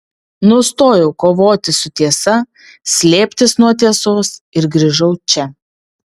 nustojau kovoti su tiesa slėptis nuo tiesos ir grįžau čia